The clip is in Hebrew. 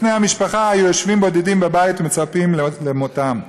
זקני המשפחה יושבים בודדים בבית ומצפים למותם.